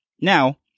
Now